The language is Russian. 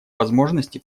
возможности